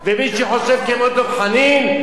ומי שחושב כמו דב חנין,